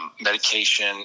medication